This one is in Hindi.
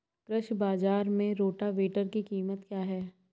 कृषि बाजार में रोटावेटर की कीमत क्या है?